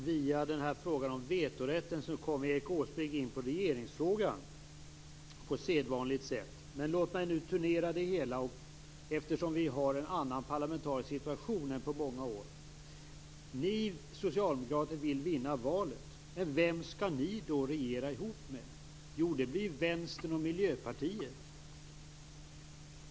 Herr talman! Via frågan om vetorätten kom Erik Åsbrink in på regeringsfrågan på sedvanligt sätt. Låt mig nu turnera det hela, eftersom vi har en annan parlamentarisk situation än vad vi har haft på många år. Ni socialdemokrater vill vinna valet. Men vem skall ni då regera ihop med? Jo, det blir Vänstern och Miljöpartiet.